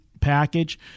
package